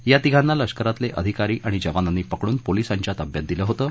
या तिघांना लष्करातले अधिकारी आणि जवानांनी पकडून पोलिसांच्या ताब्यात दिलं होतं